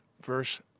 verse